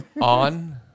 On